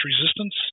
resistance